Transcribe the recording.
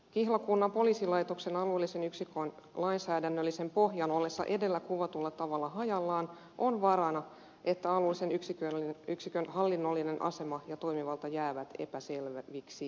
kihlakunnan poliisilaitoksen alueellisen yksikön lainsäädännöllisen pohjan ollessa edellä kuvatulla tavalla hajallaan on vaarana että alueellisen yksikön hallinnollinen asema ja toimivalta jäävät epäselviksi